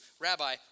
Rabbi